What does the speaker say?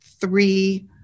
three